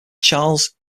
charles